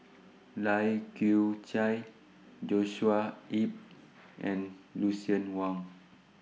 Lai Kew Chai Joshua Ip and Lucien Wang